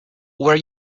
were